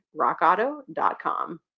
rockauto.com